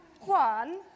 one